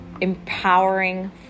empowering